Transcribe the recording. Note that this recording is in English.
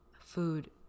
food